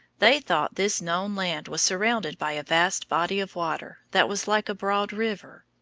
they thought this known land was surrounded by a vast body of water that was like a broad river.